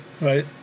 Right